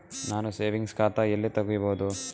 ನಾನು ಸೇವಿಂಗ್ಸ್ ಖಾತಾ ಎಲ್ಲಿ ತಗಿಬೋದು?